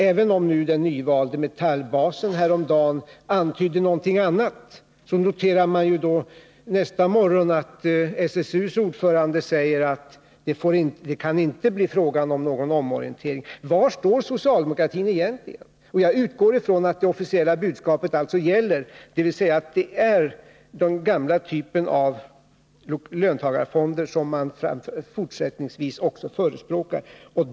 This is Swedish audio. Även om den nyvalde Metallbasen häromdagen antydde någonting annat, noterade man nästa morgon att SSU:s ordförande sade att det inte kan bli fråga om omorientering. Var står socialdemokratin egentligen? Jag utgår från att det officiella budskapet gäller, dvs. att det är den gamla typen av löntagarfonder som man också fortsättningsvis förespråkar.